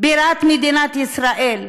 בירת מדינת ישראל,